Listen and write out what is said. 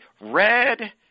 red